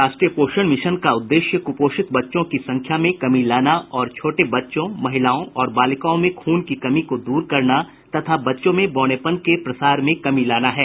राष्ट्रीय पोषण मिशन का उद्देश्य कुपोषित बच्चों की संख्या में कमी लाना और छोटे बच्चों महिलाओं और बालिकाओं में खून की कमी को दूर करना तथा बच्चों में बौनेपन के प्रसार में कमी लाना है